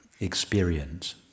experience